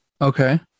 Okay